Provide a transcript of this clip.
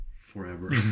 forever